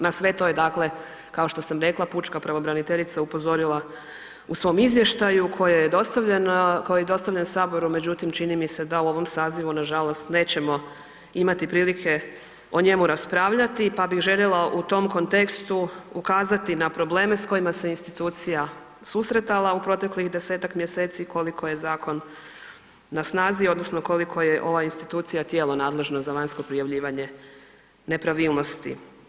Na sve to je kao što sam rekla, pučka pravobraniteljica upozorila u svom izvještaju koje je dostavljen Saboru, međutim čini mi se da u ovom sazivu nažalost nećemo imati prilike o njemu raspravljati, pa bih željela u tom kontekstu ukazati na probleme s kojima se institucija susretala u proteklih desetak mjeseci koliko je zakon na snazi odnosno koliko je ova institucija tijelo nadležno za vanjsko prijavljivanje nepravilnosti.